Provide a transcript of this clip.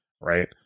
Right